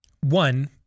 One